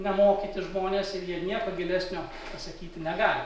nemokyti žmonės ir jie nieko gilesnio pasakyti negali